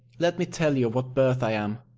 let me tell you of what birth i am.